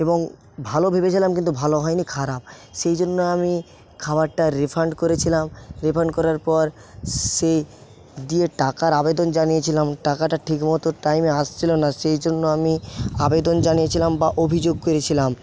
এবং ভালো ভেবেছিলাম কিন্তু ভালো হয়নি খারাপ সেই জন্য আমি খাবারটা রিফান্ড করেছিলাম রিফান্ড করার পর সে দিয়ে টাকার আবেদন জানিয়েছিলাম টাকাটা ঠিক মতো টাইমে আসছিলো না সেই জন্য আমি আবেদন জানিয়েছিলাম বা অভিযোগ করেছিলাম